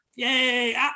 Yay